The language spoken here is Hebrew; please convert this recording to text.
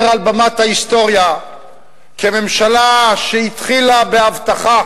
על במת ההיסטוריה כממשלה שהתחילה בהבטחה